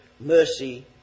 mercy